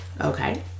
Okay